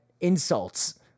insults